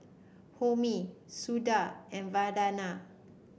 Homi Suda and Vandana